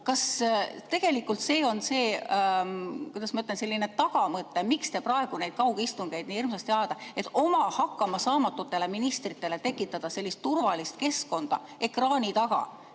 Kas tegelikult see on see, kuidas ma ütlen, tagamõte, miks te praegu neid kaugistungeid nii hirmsasti peale ajate, et oma hakkamasaamatutele ministritele tekitada sellist turvalist keskkonda ekraani taga,